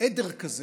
עדר כזה,